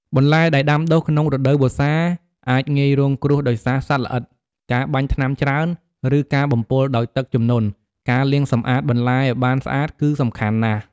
បន្លែដែលដាំដុះក្នុងរដូវវស្សា អាចងាយរងគ្រោះដោយសារសត្វល្អិត ការបាញ់ថ្នាំច្រើន ឬការបំពុលដោយទឹកជំនន់ ការលាងសម្អាតបន្លែឱ្យបានស្អាតគឺសំខាន់ណាស់។